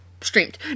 streamed